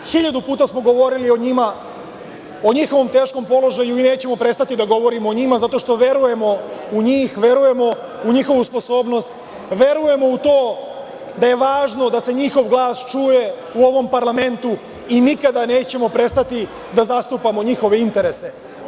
Hiljadu puta smo govorili o njima, o njihovom teškom položaju i nećemo prestati da govorimo o njima, zato što verujemo u njih, verujemo u njihovu sposobnost, verujemo u to da je važno da se njihov glas čuje u ovom parlamentu i nikada nećemo prestati da zastupamo njihove interese.